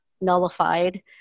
nullified